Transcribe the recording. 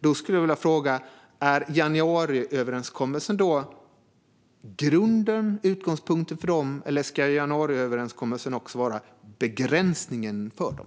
Då vill jag fråga om januariöverenskommelsen är utgångspunkten för dem. Eller ska januariöverenskommelsen också vara begränsningen för dem?